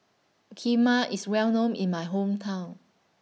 Kheema IS Well known in My Hometown